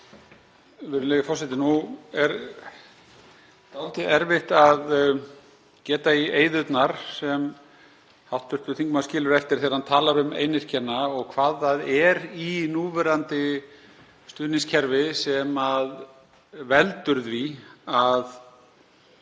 er dálítið erfitt að geta í eyðurnar sem hv. þingmaður skilur eftir þegar hann talar um einyrkjana og hvað það er í núverandi stuðningskerfi sem veldur því að